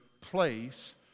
place